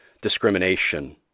discrimination